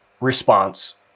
response